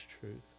truth